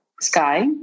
sky